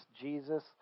Jesus